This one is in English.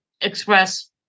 express